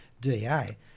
DA